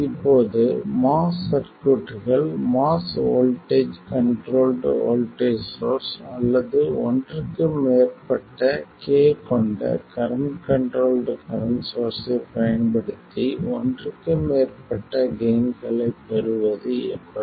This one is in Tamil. இப்போது MOS சர்க்யூட்கள் MOS voltage controlled voltage source அல்லது ஒன்றுக்கு மேற்பட்ட K கொண்ட கரண்ட் கண்ட்ரோல்ட் கரண்ட் சோர்ஸ்ஸைப் பயன்படுத்தி ஒன்றுக்கு மேற்பட்ட கெய்ன்களைப் பெறுவது எப்படி